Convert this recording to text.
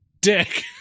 dick